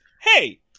Hey